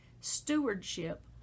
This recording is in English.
stewardship